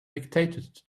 dictated